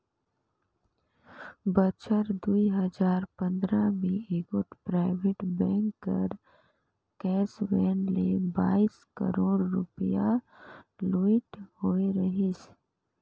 बछर दुई हजार पंदरा में एगोट पराइबेट बेंक कर कैस वैन ले बाइस करोड़ रूपिया लूइट होई रहिन